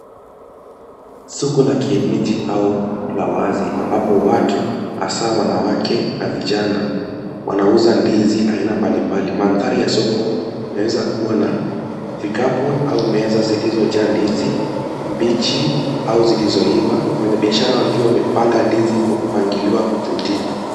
Soko la kienyeji au la wazi ambapo watu hasa wanawake na vijana, wanauza ndizi aina mbali mbali. Manthari ya soko yanawezakuwa na vikapu au meza zilizojaa ndizi mbichi au zilizoiva. Wafanyibiashara wakiwa wamepanga ndizi kwa mpangilio wa kuvutia.